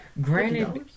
Granted